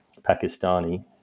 Pakistani